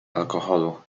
alkoholu